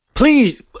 Please